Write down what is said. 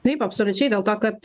taip absoliučiai dėl to kad